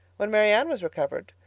when marianne was recovered,